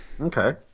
okay